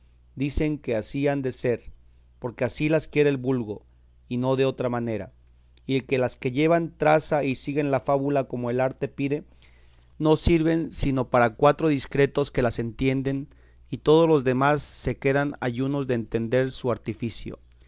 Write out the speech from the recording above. dicen que así han de ser porque así las quiere el vulgo y no de otra manera y que las que llevan traza y siguen la fábula como el arte pide no sirven sino para cuatro discretos que las entienden y todos los demás se quedan ayunos de entender su artificio